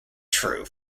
true